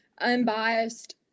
unbiased